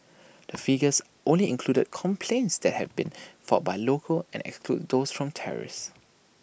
the figures only included complaints that had been filed by locals and excludes those from tourists